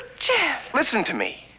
jeff! listen to me!